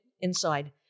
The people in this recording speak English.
inside